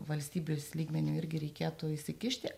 valstybės lygmeniu irgi reikėtų įsikišti